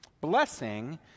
blessing